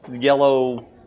yellow